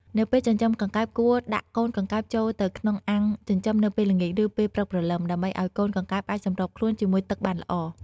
នៅពេលចិញ្ចឹមកង្កែបគួរដាក់កូនកង្កែបចូលទៅក្នុងអាងចិញ្ចឹមនៅពេលល្ងាច ឬពេលព្រឹកព្រលឹម ដើម្បីឲ្យកូនកង្កែបអាចសម្របខ្លួនជាមួយទឹកបានល្អ។